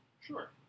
Sure